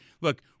look